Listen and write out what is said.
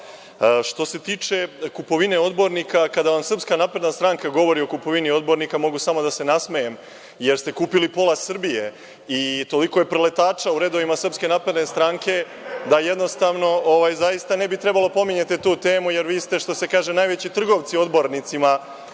se tiče kupovine odbornika, kada vam SNS govori o kupovini odbornika mogu samo da se nasmejem jer ste kupili pola Srbije i toliko je preletača u redovima SNS da jednostavno zaista ne bi trebalo da pominjete tu temu, jer vi ste, što se kaže, najveći trgovci odbornicima